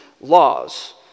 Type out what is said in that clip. laws